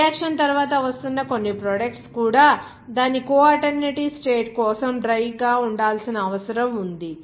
reaction తర్వాత వస్తున్న కొన్ని ప్రొడక్ట్స్ కూడా దాని కోఎటెర్నిటీ స్టేట్ కోసం డ్రై గా ఉండాల్సిన అవసరం ఉంది